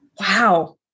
Wow